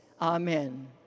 Amen